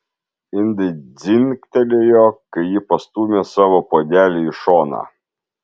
indai dzingtelėjo kai ji pastūmė savo puodelį į šoną